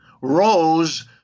rose